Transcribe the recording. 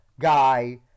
guy